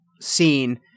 scene